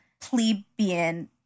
plebeian